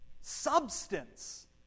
substance